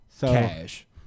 Cash